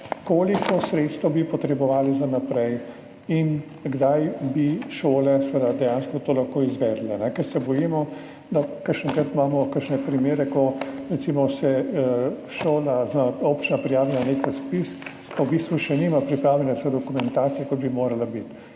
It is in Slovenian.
koliko sredstev bi potrebovali za naprej in kdaj bi šole seveda dejansko to lahko izvedle, ker se bojimo, včasih imamo kakšne primere, ko se recimo šola oziroma občina prijavi na nek razpis, v bistvu še nima pripravljene vse dokumentacije, kot bi morala biti.